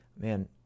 Man